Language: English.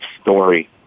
story